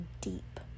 deep